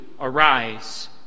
arise